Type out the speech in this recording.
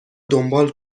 دنبال